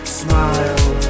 smile